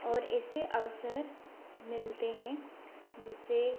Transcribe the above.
और ऐसे अवसर मिलते हैं जिससे